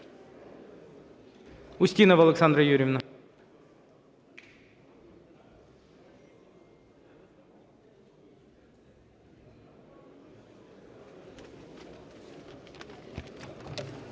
Устінова Олександра Юріївна.